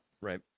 Right